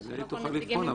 היא תוכל לבחון,